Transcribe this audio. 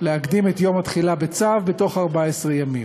להקדים את יום התחילה בצו בתוך 14 ימים,